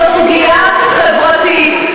זו סוגיה חברתית,